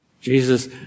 Jesus